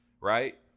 right